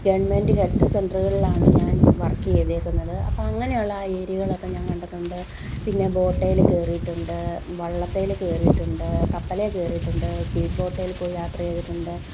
government health സെൻ്ററ്കളിലാണ് ഞാൻ work ചെയ്തേക്കുന്നത് അപ്പം അങ്ങനെയുള്ള ഏരിയകളൊക്കെ ഞാൻ കണ്ടിട്ടുണ്ട് പിന്നെ ബോട്ടിൽ കയറിയിട്ടുണ്ട് വള്ളത്തിൽ കയറിയിട്ടുണ്ട് കപ്പലിൽ കയറിയിട്ടുണ്ട് സ്പീഡ് ബോട്ടിൽ പോയി യാത്ര ചെയ്തിട്ടുണ്ട്